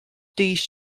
these